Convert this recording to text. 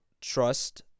trust